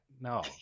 No